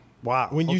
Wow